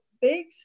big